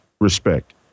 respect